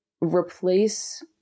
replace